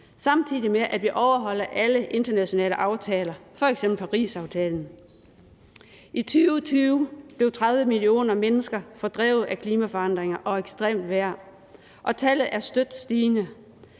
samtidig med at vi overholder alle internationale aftaler, f.eks. Parisaftalen. I 2020 blev 30 millioner mennesker fordrevet af klimaforandringer og ekstremt vejr, og tallet er støt stigende.